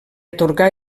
atorgà